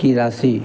की राशि